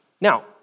Now